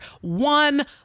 one